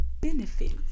benefits